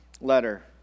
letter